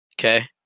okay